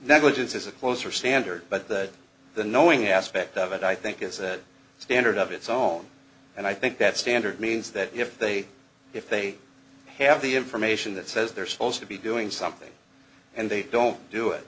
is a closer standard but that the knowing aspect of it i think is a standard of it's own and i think that standard means that if they if they have the information that says they're supposed to be doing something and they don't do it